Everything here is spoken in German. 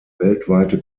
weltweite